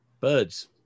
birds